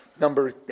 Number